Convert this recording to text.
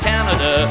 Canada